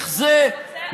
אתה רוצה תשובה רצינית?